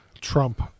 trump